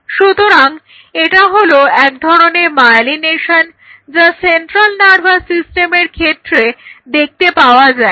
সুতরাং এটা হলো এক ধরনের মায়েলিনেশন যা সেন্ট্রাল নার্ভাস সিস্টেমের ক্ষেত্রে দেখতে পাওয়া যায়